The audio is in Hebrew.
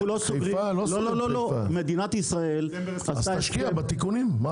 אז תשקיע בתיקונים.